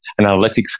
analytics